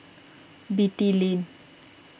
Beatty Lane